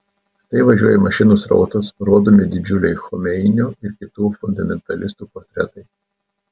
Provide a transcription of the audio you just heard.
štai važiuoja mašinų srautas rodomi didžiuliai chomeinio ir kitų fundamentalistų portretai